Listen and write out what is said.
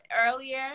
earlier